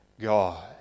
God